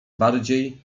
bardziej